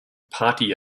party